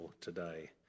today